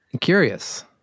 curious